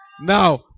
Now